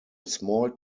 small